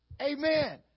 Amen